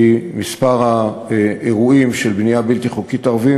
כי מספר האירועים של בנייה בלתי חוקית ערבית